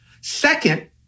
Second